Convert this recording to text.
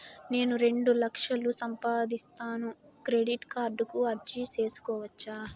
నేను రెండు లక్షలు సంపాదిస్తాను, క్రెడిట్ కార్డుకు అర్జీ సేసుకోవచ్చా?